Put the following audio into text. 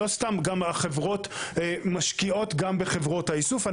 לא סתם החברות משקיעות גם בחברות האיסוף.